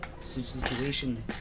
situation